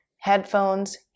headphones